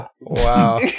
Wow